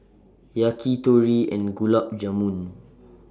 Yakitori and Gulab Jamun